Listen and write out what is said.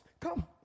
Come